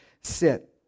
sit